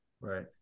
right